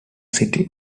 city